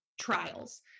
trials